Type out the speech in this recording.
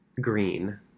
green